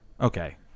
Okay